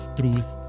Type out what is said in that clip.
truth